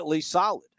solid